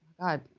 God